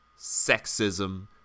sexism